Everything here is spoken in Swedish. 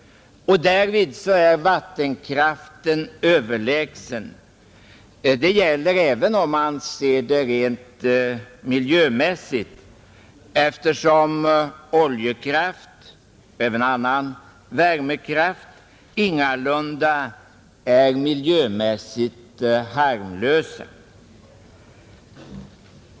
Därvid är vattenkraften överlägsen. Det gäller också om man ser det rent miljömässigt, eftersom oljekraft och även annan värmekraft ingalunda är miljömässigt harmlösa.